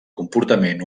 comportament